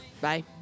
bye